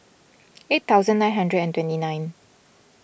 eight thousand nine hundred and twenty nine